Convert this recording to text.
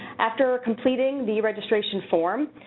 after completing the registration form